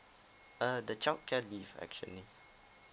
uh the childcare leave actually